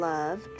Love